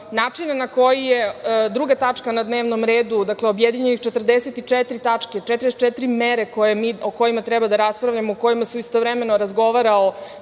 načina na koji je Druga tačka na dnevnom redu, dakle, objedinjene 44 tačke, 44 mere o kojima mi treba da raspravljamo, o kojima se istovremeno razgovara